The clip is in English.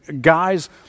Guys